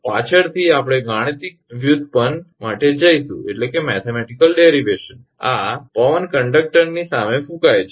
પાછળથી આપણે ગાણિતિક વ્યુત્પન્ન માટે જઇશું આ પવન કંડકટરની સામે ફૂંકાય છે